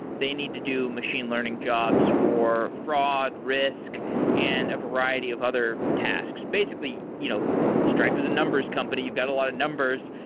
they need to do machine learning jobs for fraud, risk and a variety of other tasks. basically, you know stripe is a numbers company. you've got a lot of numbers.